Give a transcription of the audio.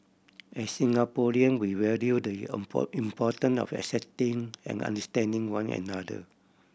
as Singaporean we value the importance of accepting and understanding one another